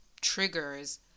triggers